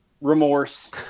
remorse